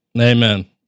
Amen